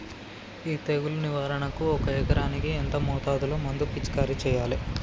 ఈ తెగులు నివారణకు ఒక ఎకరానికి ఎంత మోతాదులో మందు పిచికారీ చెయ్యాలే?